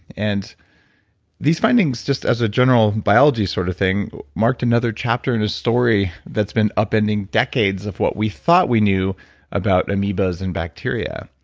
and these findings, just as a general biology sort of thing, marked another chapter in a story that's been upending decades of what we thought we knew about amoebas and bacteria.